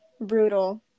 brutal